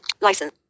License